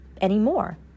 anymore